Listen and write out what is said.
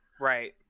Right